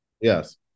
Yes